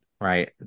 right